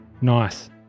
Nice